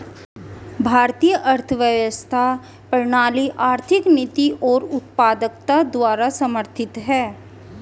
भारतीय अर्थव्यवस्था प्रणाली आर्थिक नीति और उत्पादकता द्वारा समर्थित हैं